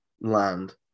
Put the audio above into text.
land